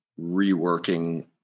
reworking